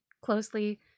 closely